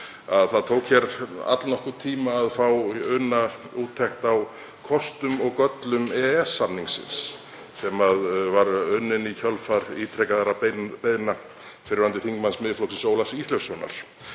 það tók allnokkurn tíma að fá unna úttekt á kostum og göllum EES-samningsins sem var unnin í kjölfar ítrekaðra beiðna fyrrverandi þingmanns Miðflokksins, Ólafs Ísleifssonar.